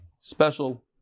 special